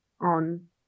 on